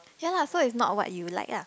ya lah so it's not what you like lah